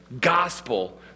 gospel